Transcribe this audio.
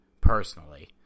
personally